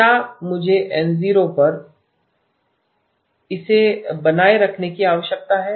क्या मुझे N0 पर इसे बनाए रखने की आवश्यकता है